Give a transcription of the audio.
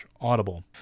Audible